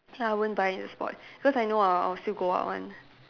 so I won't buy on the spot cause I know I'll I'll still go out one